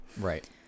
right